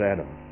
Adam